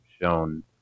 shown